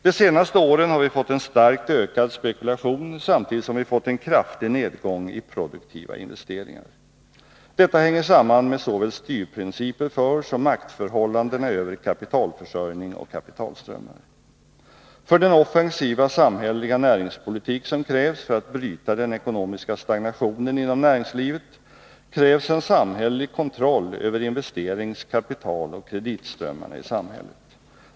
De senaste åren har vi fått en starkt ökad spekulation, samtidigt som vi fått en kraftig nedgång i produktiva investeringar. Detta hänger samman med såväl styrprinciper för som maktförhållandena över kapitalförsörjning och kapitalströmmar. För den offensiva samhälleliga näringspolitik som krävs för att bryta den ekonomiska stagnationen inom näringslivet fordras en samhällelig kontroll över investerings-, kapitaloch kreditströmmarna i samhället.